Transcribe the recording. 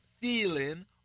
feeling